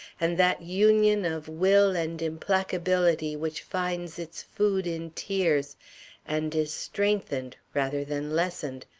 and that union of will and implacability which finds its food in tears and is strengthened, rather than lessened,